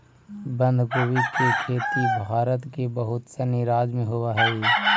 बंधगोभी के खेती भारत के बहुत सनी राज्य में होवऽ हइ